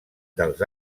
dels